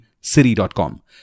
siri.com